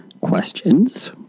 questions